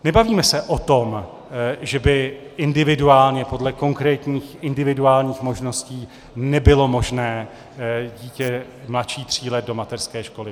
Nebavíme se o tom, že by individuálně, podle konkrétních individuálních možností, nebylo možné dítě mladší tří let do mateřské školy přijmout.